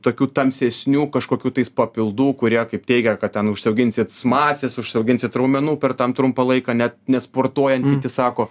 tokių tamsesnių kažkokių tais papildų kurie kaip teigia kad ten užsiauginsit masės užsiauginsit raumenų per tam trumpą laiką net nesportuojant kiti sako